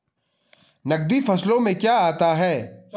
नकदी फसलों में क्या आता है?